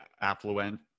affluent